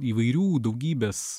įvairių daugybės